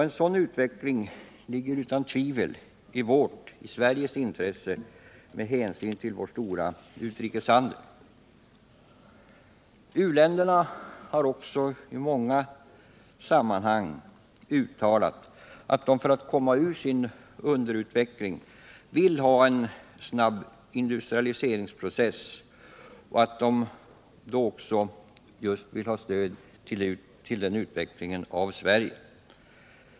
En sådan utveckling ligger utan tvivel i Sveriges intresse med hänsyn till vår stora utrikeshandel. U-länderna har också i många sammanhang uttalat att de för att komma ur sin underutveckling vill ha en snabb industrialiseringsprocess och att de då också vill ha stöd till den utvecklingen av Sverige.